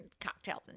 cocktails